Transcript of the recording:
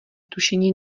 tušení